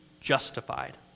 justified